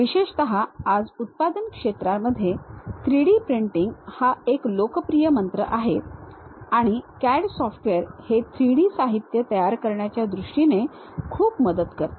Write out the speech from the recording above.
विशेषत आज उत्पादन क्षेत्रात 3D प्रिंटिंग हा एक लोकप्रिय मंत्र आहे आणि CAD सॉफ्टवेअर हे 3D साहित्य तयार करण्याच्या दृष्टीने खूप मदत करते